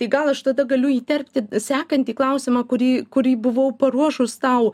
tai gal aš tada galiu įterpti sekantį klausimą kurį kurį buvau paruošus tau